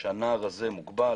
שהנער הזה מוגבל,